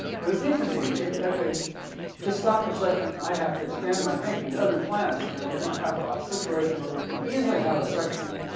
but it's interesting. you have to just stop for a second. and i have to expand my thinking to other planets. i mean we're gonna have a situation where we could easily have a section,